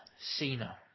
Cena